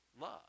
love